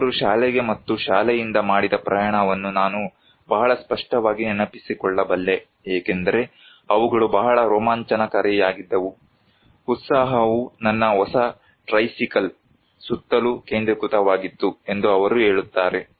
ಅವರು ಶಾಲೆಗೆ ಮತ್ತು ಶಾಲೆಯಿಂದ ಮಾಡಿದ ಪ್ರಯಾಣವನ್ನು ನಾನು ಬಹಳ ಸ್ಪಷ್ಟವಾಗಿ ನೆನಪಿಸಿಕೊಳ್ಳಬಲ್ಲೆ ಏಕೆಂದರೆ ಅವುಗಳು ಬಹಳ ರೋಮಾಂಚನಕಾರಿಯಾಗಿದ್ದವು ಉತ್ಸಾಹವು ನನ್ನ ಹೊಸ ಟ್ರೈಸಿಕಲ್ ಸುತ್ತಲೂ ಕೇಂದ್ರೀಕೃತವಾಗಿತ್ತು ಎಂದು ಅವರು ಹೇಳುತ್ತಾರೆ